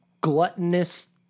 gluttonous